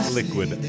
liquid